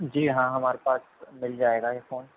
جی ہاں ہمارے پاس مل جائے گا آئی فون